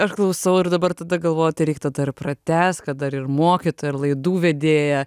aš klausau ir dabar tada galvo tai reik tada ir pratęst kad dar ir mokytoja ir laidų vedėja